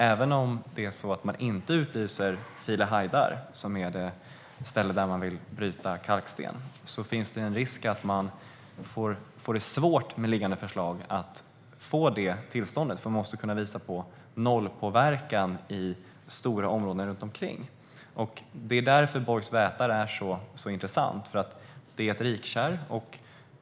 Även om man inte utlyser Filehajdar, som är det ställe där man vill bryta kalksten, finns det en risk att man med liggande förslag får det svårt att få detta tillstånd, eftersom man måste kunna visa på nollpåverkan i stora områden runt omkring. Bojsvätar är intressant eftersom det är ett rikkärr.